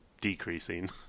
decreasing